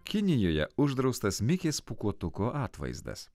kinijoje uždraustas mikės pūkuotuko atvaizdas